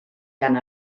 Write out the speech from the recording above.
gan